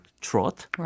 trot